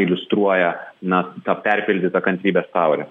iliustruoja na tą perpildytą kantrybės taurę